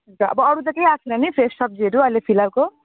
हन्छ अरू त केही आएको छैन नि फ्रेस सब्जीहरू अहिले फिलहालको